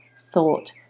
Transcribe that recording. thought